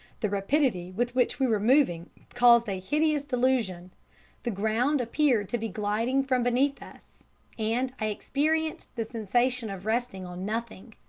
the rapidity with which we were moving caused a hideous delusion the ground appeared to be gliding from beneath us and i experienced the sensation of resting on nothing.